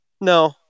No